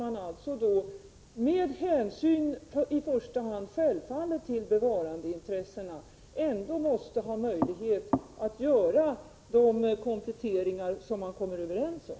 Man måste ändå, självfallet med hänsyn till i första hand bevarandeintressena, ha möjlighet att göra de kompletteringar som man kommer överens om.